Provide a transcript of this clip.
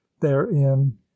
therein